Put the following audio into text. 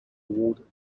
awarded